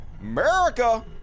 America